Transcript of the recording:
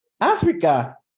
Africa